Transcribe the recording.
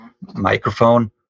microphone